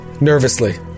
nervously